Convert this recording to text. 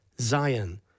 Zion